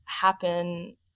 happen